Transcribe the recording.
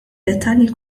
dettalji